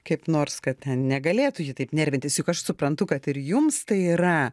kaip nors kad ten negalėtų ji taip nervintis juk aš suprantu kad ir jums tai yra